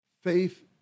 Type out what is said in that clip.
faith